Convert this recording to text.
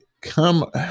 come